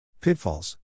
Pitfalls